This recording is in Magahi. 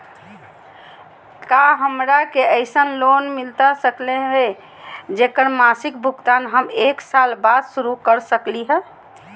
का हमरा के ऐसन लोन मिलता सकली है, जेकर मासिक भुगतान हम एक साल बाद शुरू कर सकली हई?